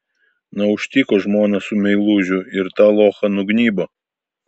na užtiko žmoną su meilužiu ir tą lochą nugnybo